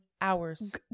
hours